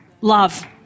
love